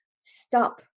stop